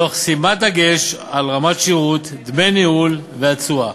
תוך שימת דגש על רמת השירות, דמי הניהול והתשואה.